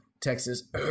texas